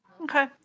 Okay